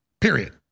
period